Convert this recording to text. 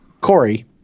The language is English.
Corey